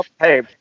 Hey